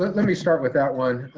let me start with that one.